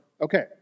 Okay